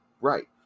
right